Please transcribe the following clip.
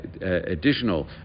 additional